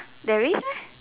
there is meh